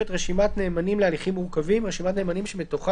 "רשימת נאמנים להליכים מורכבים" רשימת נאמנים שמתוכה